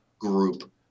group